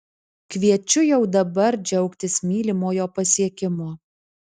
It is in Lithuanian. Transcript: kviečiu jau dabar džiaugtis mylimojo pasiekimu